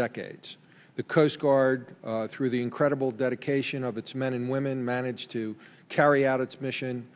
decades the coast guard through the incredible dedication of its men and women managed to carry out its mission